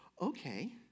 Okay